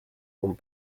und